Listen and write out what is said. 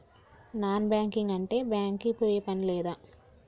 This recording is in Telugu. నాన్ బ్యాంకింగ్ అంటే బ్యాంక్ కి పోయే పని లేదా?